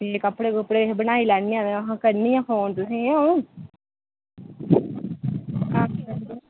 ते कपड़े कुप्पड़े बी बनाई लैन्ने आं ते महां करनी आं फोन तुसें ई अ'ऊं